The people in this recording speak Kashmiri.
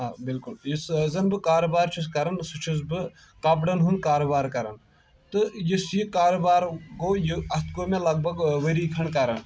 آ بالکُل یُس زَن بہٕ کاربار چھُس کران سہُ چھُس بہٕ کپرَن ہُند کاربار کران تہٕ یُس یہِ کاربار گوٚو یہِ اتھ گوٚو مےٚ لگ بگ ؤری کھنڈ کران